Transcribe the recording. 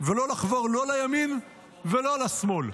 ולא לחבור לא לימין ולא לשמאל.